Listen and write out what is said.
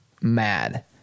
mad